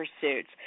pursuits